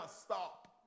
Stop